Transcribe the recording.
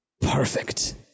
Perfect